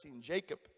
Jacob